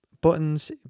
buttons